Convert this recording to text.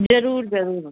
जरूरु जरूरु